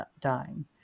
dying